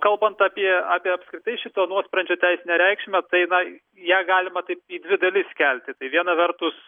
kalbant apie apie apskritai šito nuosprendžio teisinę reikšmę tai na ją galima taip į dvi dalis skelti tai viena vertus